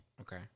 Okay